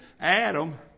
Adam